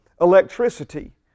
Electricity